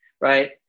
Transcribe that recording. right